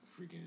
freaking